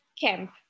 camp